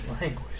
language